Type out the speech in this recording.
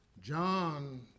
John